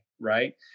Right